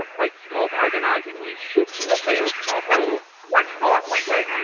white smoke agonizingly shoot from the vales pothole what's mark we quake